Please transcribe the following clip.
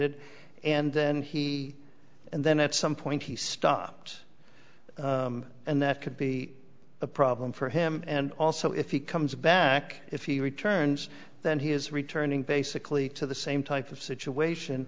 d and then he and then at some point he stopped and that could be a problem for him and also if he comes back if he returns then he is returning basically to the same type of situation